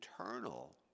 eternal